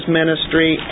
ministry